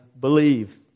believe